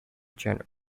general